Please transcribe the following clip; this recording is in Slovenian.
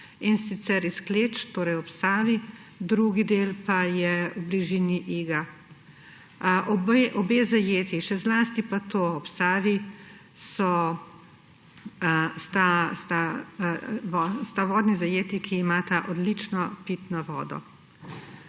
in sicer iz Kleč, torej ob Savi, drugi del pa je v bližini Iga. Obe zajetji, še zlasti pa to ob Savi, sta vodni zajetji, ki imata odlično pitno vodo.